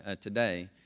today